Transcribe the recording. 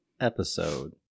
episode